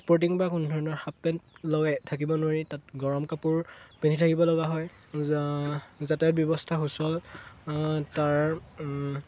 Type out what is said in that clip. sporting বা কোনো ধৰণৰ হাপ পেণ্ট লগাই থাকিব নোৱাৰি তাত গৰম কাপোৰ পিন্ধি থাকিব লগা হয় যাতায়ত ব্যৱস্থা সুচল তাৰ